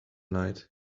night